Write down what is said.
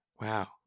Wow